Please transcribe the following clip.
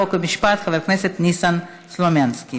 חוק ומשפט להכנה לקריאה השנייה והשלישית.